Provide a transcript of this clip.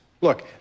Look